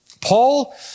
Paul